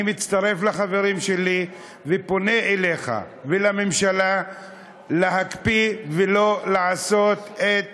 אני מצטרף לחברים שלי ופונה אליך ולממשלה להקפיא ולא לעשות את